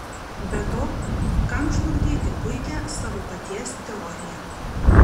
be to kam žlugdyti puikią savo paties teoriją